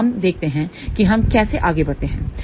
तो हम देखते हैं कि हम कैसे आगे बढ़ते हैं